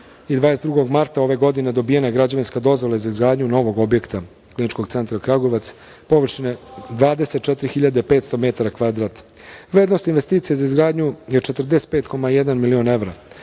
22. marta ove godine dobijena građevinska dozvola za izgradnju novog objekta Kliničkog centra Kragujevac površine 24.500 metara kvadratnih. Vrednost investicije za izgradnju je 45,1 milion evra,